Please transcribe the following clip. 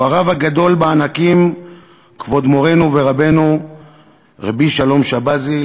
הוא הרב הגדול בענקים כבוד מורנו ורבנו רבי שלום שבזי,